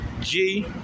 G-